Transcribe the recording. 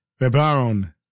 Rebaron